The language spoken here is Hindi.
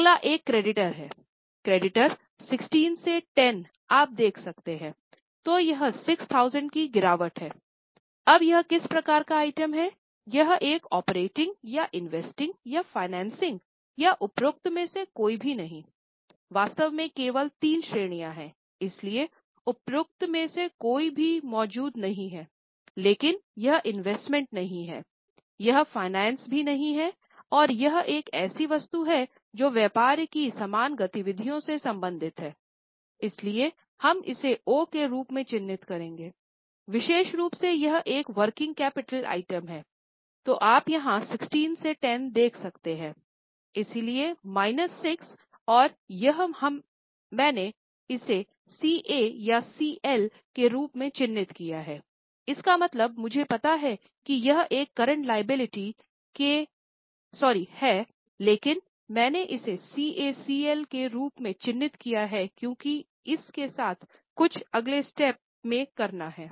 अगला एक क्रेडिटर्स है लेकिन मैंने इसे CACL के रूप में चिह्नित किया है क्योंकि इस के साथ कुछ अगले स्टेप में करना है